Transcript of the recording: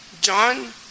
John